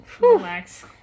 relax